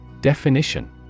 Definition